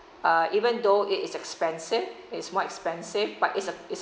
uh even though it is expensive it's more expensive but is a is a